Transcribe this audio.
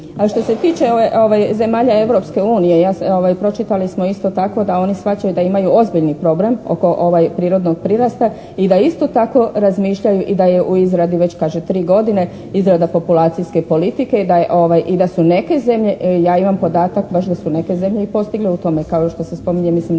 Ali što se tiče zemalja Europske unije, pročitali smo isto tako da oni shvaćaju da imaju ozbiljni problem oko prirodnog prirasta i da isto tako razmišljaju i da je u izradi već kaže tri godine, izrada populacijske politike i da su neke zemlje, ja imam podatak baš da su neke zemlje i postigle u tome kao što se spominje mislim Nizozemska